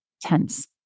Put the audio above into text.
tense